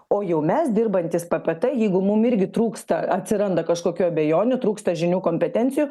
o jau mes dirbantys ppt jeigu mums irgi trūksta atsiranda kažkokių abejonių trūksta žinių kompetencijų